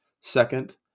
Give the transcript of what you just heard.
Second